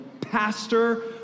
pastor